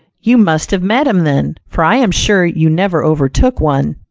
you must have met him then, for i am sure you never overtook one,